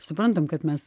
suprantam kad mes